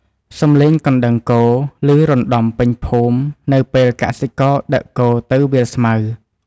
សំឡេងកណ្ដឹងគោឮរណ្តំពេញភូមិនៅពេលកសិករដឹកគោទៅវាលស្មៅ។